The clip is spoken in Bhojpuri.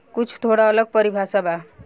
कुछ थोड़ा अलग परिभाषा बा